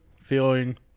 feeling